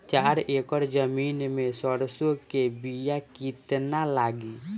चार एकड़ जमीन में सरसों के बीया कितना लागी?